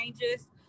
changes